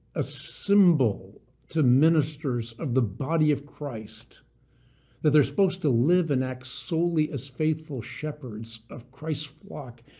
a symbol to ministers of the body of christ that they're supposed to live and act solely as faithful shepherds of christ's flock